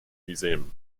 museum